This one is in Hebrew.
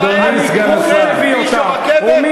הליכוד הביא אותה.